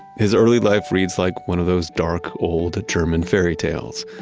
his early life reads like one of those dark, old german fairytales.